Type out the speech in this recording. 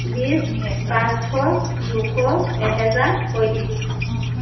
বিছ পাঁচশ দুশ এহেজাৰ পয়ত্ৰিছ